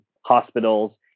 hospitals